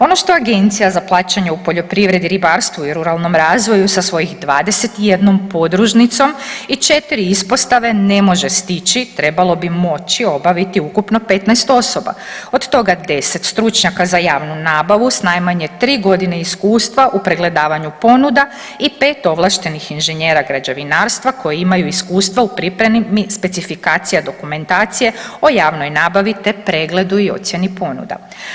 Ono što Agencija za plaćanje u poljoprivredi, ribarstvu i ruralnom razvoju sa svojih 21 podružnicom i 4 ispostave ne može stići, trebalo bi moći obaviti ukupno 15 osoba, od toga 10 stručnjaka za javnu nabavu s najmanje 3.g. iskustva u pregledavanju ponuda i 5 ovlaštenih inženjera građevinarstva koji imaju iskustva u pripremi specifikacije dokumentacije o javnoj nabavi, te pregledu i ocjeni ponuda.